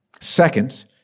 Second